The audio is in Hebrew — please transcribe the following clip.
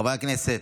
חברי הכנסת,